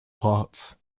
arts